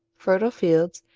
fertile fields,